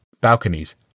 balconies